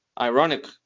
Ironic